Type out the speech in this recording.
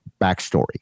backstory